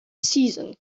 season